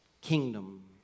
kingdom